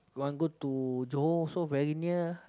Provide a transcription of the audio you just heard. want go to johor also very near